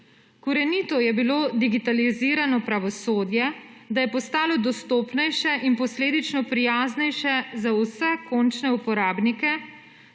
Korenito je bilo digitalizirano pravosodje, da je postalo dostopnejše in posledično prijaznejše za vse končne uporabnike,